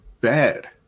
bad